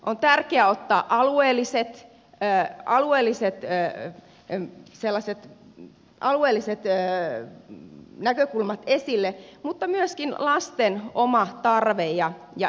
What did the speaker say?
on tärkeää ottaa alueelliset vee alueelliseen työhön eli sellaiset alueelliset näkökulmat esille mutta myöskin lasten oma tarve ja edellytykset